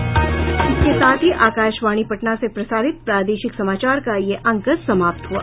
इसके साथ ही आकाशवाणी पटना से प्रसारित प्रादेशिक समाचार का ये अंक समाप्त हुआ